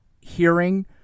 hearing